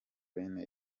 bene